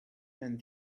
and